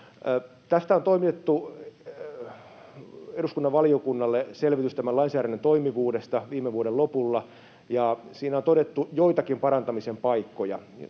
on toimitettu selvitys tämän lainsäädännön toimivuudesta viime vuoden lopulla, ja siinä on todettu joitakin parantamisen paikkoja.